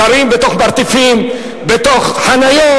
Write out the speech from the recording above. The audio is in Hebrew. גרים בתוך מרתפים, בתוך חניות,